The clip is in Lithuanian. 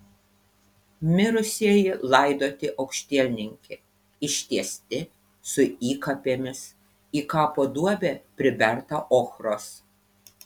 mirusieji laidoti aukštielninki ištiesti su įkapėmis į kapo duobę priberta ochros